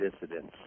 dissidents